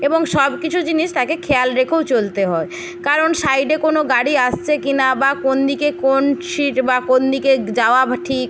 এবং সব কিছু জিনিস তাকে খেয়াল রেখেও চলতে হয় কারণ সাইডে কোনো গাড়ি আসছে কি না বা কোন দিকে কোন সিট বা কোন দিকে যাওয়া ঠিক